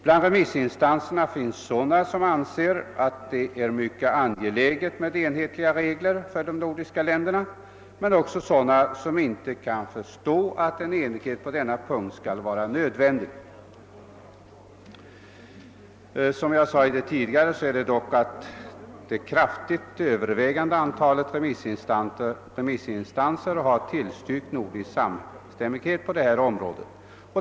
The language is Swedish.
Bland remissinstanserna finns sådana som anser det mycket angeläget med enhetliga regler för de nordiska länderna men också sådana som inte kan förstå att en enhetlighet på denna punkt skall vara nödvändig.> — Som jag tidigare sagt har det kraftigt övervägande antalet remissinstanser tillstyrkt nordisk samstämmighet på detta område.